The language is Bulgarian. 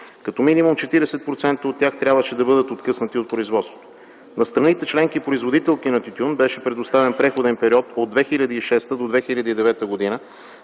като минимум 40% от тях трябваше да бъдат откъснати от производството. На страните членки, производителки на тютюн беше предоставен преходен период от 2006 до 2009 г.,